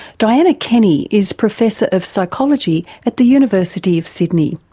dianna kenny is professor of psychology at the university of sydney.